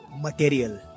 material